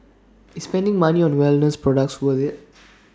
is spending money on wellness products worth IT